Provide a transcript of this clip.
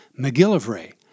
McGillivray